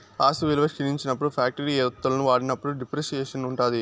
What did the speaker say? ఆస్తి విలువ క్షీణించినప్పుడు ఫ్యాక్టరీ వత్తువులను వాడినప్పుడు డిప్రిసియేషన్ ఉంటాది